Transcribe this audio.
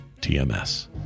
TMS